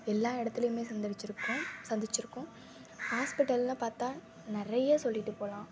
எல்லா இடத்துலையுமே சந்திரிச்சிருக்கோம் சந்திச்சிருக்கோம் ஹாஸ்பிட்டல் எல்லாம் பார்த்தா நிறைய சொல்லிகிட்டு போகலாம்